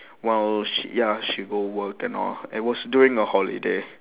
while she ya she go work and all and was during the holiday